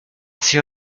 sido